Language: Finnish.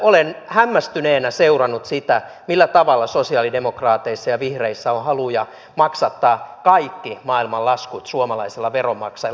olen hämmästyneenä seurannut sitä millä tavalla sosialidemokraateissa ja vihreissä on haluja maksattaa kaikki maailman laskut suomalaisilla veronmaksajilla